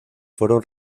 fueron